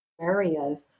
areas